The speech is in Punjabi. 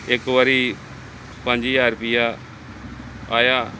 ਇੱਕ ਵਾਰੀ ਪੰਜ ਹਜ਼ਾਰ ਰੁਪਈਆ ਆਇਆ